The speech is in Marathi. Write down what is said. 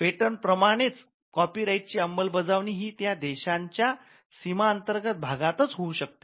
पेटंट प्रमाणेच कॉपी राईट ची अंमलबजावणी हे त्या देशाच्या सीमा अंतर्गत भागातच होऊ शकते